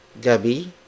gabi